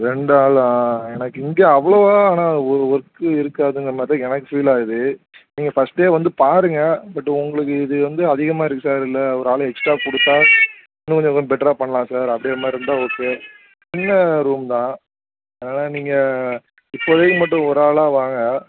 ரெண்டு ஆளா எனக்கு இங்கே அவ்வளோவா ஆனால் ஒ ஒர்க்கு இருக்காதுங்கிற மாதிரி தான் எனக்கு ஃபீல் ஆகுது நீங்கள் ஃபஸ்ட்டே வந்து பாருங்க பட்டு உங்களுக்கு இது வந்து அதிகமாக இருக்காதுல்ல ஒரு ஆளு எக்ஸ்ட்டாக கொடுத்தா இன்னும் கொஞ்சம் பெட்டராக பண்ணலாம் சார் அப்படிங்கற மாதிரி இருந்தால் ஓகே சின்ன ரூம் தான் அதனால் நீங்கள் இப்போதிக்கு மட்டும் ஒரு ஆளா வாங்க